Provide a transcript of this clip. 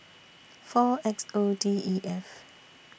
four X O D E F